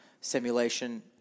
simulation